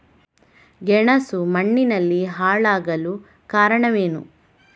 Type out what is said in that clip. ಗೆಣಸು ಮಣ್ಣಿನಲ್ಲಿ ಹಾಳಾಗಲು ಕಾರಣವೇನು?